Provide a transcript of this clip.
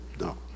no